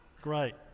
Great